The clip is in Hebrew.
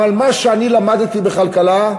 אבל מה שאני למדתי בכלכלה,